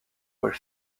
were